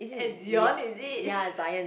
at Zion is it